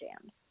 jams